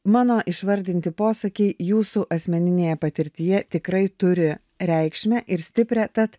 mano išvardinti posakiai jūsų asmeninėje patirtyje tikrai turi reikšmę ir stiprią tad